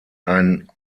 ein